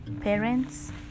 parents